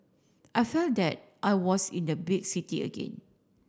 I felt that I was in the big city again